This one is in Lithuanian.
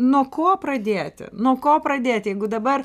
nuo ko pradėti nuo ko pradėti jeigu dabar